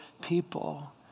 people